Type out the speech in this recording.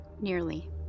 Nearly